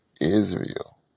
israel